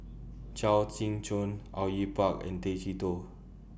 Chao Tzee Cheng Au Yue Pak and Tay Chee Toh